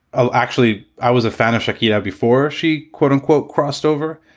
oh, actually, i was a fan of shakira before she quote unquote, crossed over.